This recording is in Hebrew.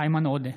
איימן עודה,